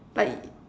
like